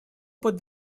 под